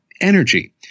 energy